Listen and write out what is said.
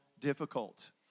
difficult